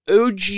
OG